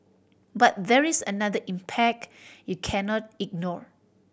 but there is another impact you cannot ignore